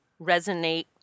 resonate